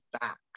back